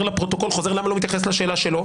לפרוטוקול למה הוא לא מתייחס לשאלה שלו,